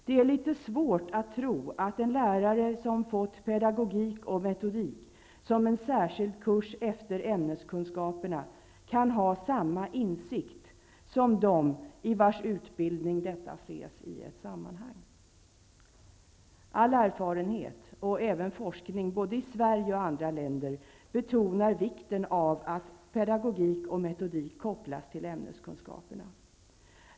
Det är litet svårt att tro att en lärare som fått pedagogik och metodik som en särskild kurs efter ämneskunskaperna kan ha samma insikt som de i vilkas utbildning detta ses i ett sammanhang. All erfarenhet och även forskning, både i Sverige och andra länder, betonar vikten av att pedagogik och metodik kopplas till ämneskunskaperna.